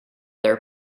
their